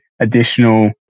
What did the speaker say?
additional